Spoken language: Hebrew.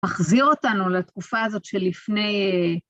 מחזיר אותנו לתקופה הזאת שלפני...